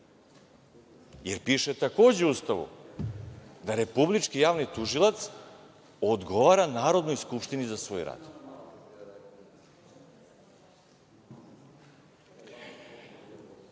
jer piše takođe u Ustavu da Republički javni tužilac odgovara Narodnoj skupštini za svoj